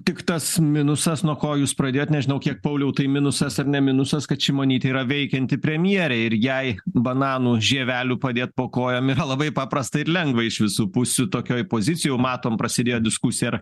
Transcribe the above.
tik tas minusas nuo ko jūs pradėjot nežinau kiek pauliau tai minusas ar ne minusas kad šimonytė yra veikianti premjerė ir jai bananų žievelių padėt po kojom yra labai paprasta ir lengva iš visų pusių tokioj pozicijoj jau matom prasidėjo diskusija ar